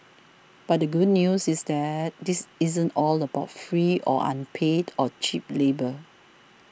but the good news is that this isn't all about free or unpaid or cheap labour